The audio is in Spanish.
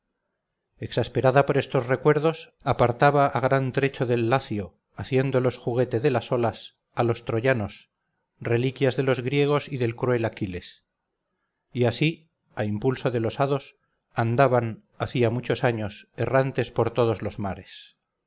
ganimedes exasperada por estos recuerdos apartaba a gran trecho del lacio haciéndolos juguete de las olas a los troyanos reliquias de los griegos y del cruel aquiles y así a impulso de los hados andaban hacía muchos años errantes por todos los mares